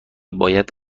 باید